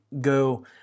go